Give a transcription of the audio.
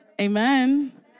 amen